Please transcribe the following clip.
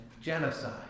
genocide